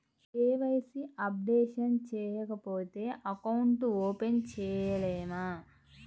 KYC updation చేయకపోతే account open చేయలేమా?